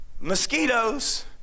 mosquitoes